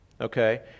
okay